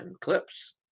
clips